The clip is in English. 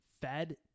fed